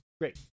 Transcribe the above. Great